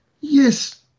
Yes